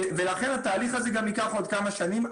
ולכן התהליך הזה גם ייקח עוד כמה שנים.